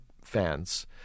fans